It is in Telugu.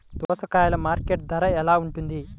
దోసకాయలు మార్కెట్ ధర ఎలా ఉంటుంది?